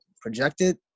projected